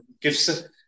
gives